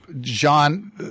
john